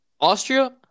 Austria